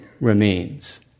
remains